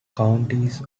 counties